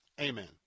Amen